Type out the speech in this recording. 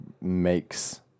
makes